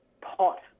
pot